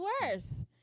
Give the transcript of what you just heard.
worse